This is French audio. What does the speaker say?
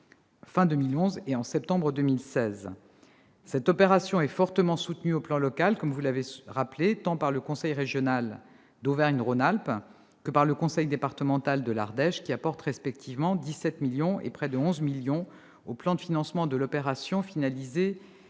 cette opération est fortement soutenue à l'échelon local, tant par le conseil régional d'Auvergne-Rhône-Alpes que par le conseil départemental de l'Ardèche, qui apportent respectivement 17 millions d'euros et 11 millions d'euros au plan de financement de l'opération, finalisé par